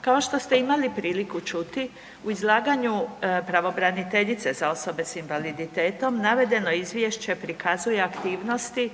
Kao što ste imali priliku čuti u izlaganju pravobraniteljice za osobe s invaliditetom navedeno izvješće prikazuje aktivnosti